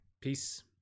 Peace